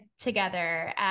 together